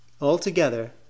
Altogether